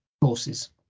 courses